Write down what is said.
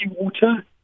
water